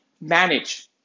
manage